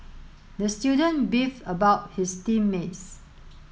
the student beefed about his team mates